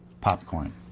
Popcorn